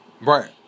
right